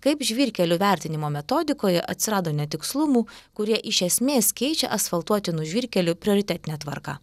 kaip žvyrkelių vertinimo metodikoje atsirado netikslumų kurie iš esmės keičia asfaltuotinų žvyrkelių prioritetinę tvarką